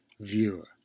viewer